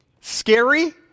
scary